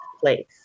place